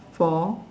four